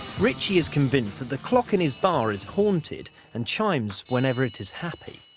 ritchie is convinced that the clock in his bar is haunted and chimes whenever it is happy.